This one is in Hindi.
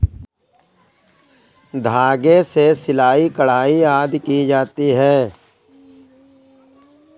धागे से सिलाई, कढ़ाई आदि की जाती है